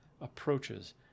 approaches